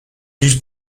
his